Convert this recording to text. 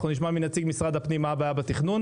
נשמע מנציג משרד הפנים מה הבעיה בתכנון